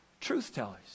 truth-tellers